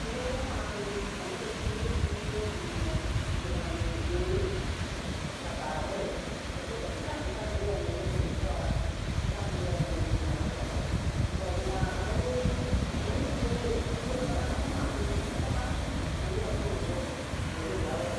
dingin yoh muasi kano yigu dinyei dwi yiti nyai yiti yoh, mua a nugu tengyou ba parar buri ba che kin kai inkasi buya ningi yir ti nyai yito ra, inkasi buya ningi yir tu nyai yito ra, toh mua ma ka ma ningi yiti manu tengyou digin palaa moh muasi ma chwata ma ninga pu ningu jegu gauru.